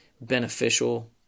beneficial